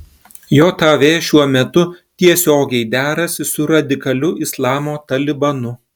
jav šiuo metu tiesiogiai derasi su radikaliu islamo talibanu